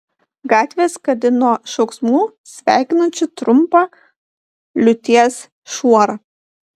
gatvė skardi nuo šauksmų sveikinančių trumpą liūties šuorą